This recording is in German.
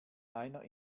einer